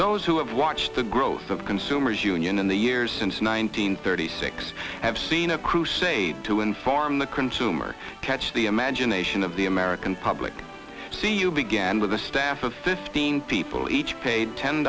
those who have watched the growth of consumers union in the years since nineteen thirty six have seen a crusade to inform the consumer catch the imagination of the american public see you began with a staff of fifteen people each paid ten